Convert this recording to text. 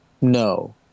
no